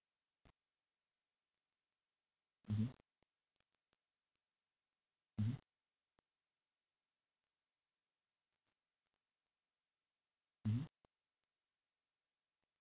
mmhmm mmhmm mmhmm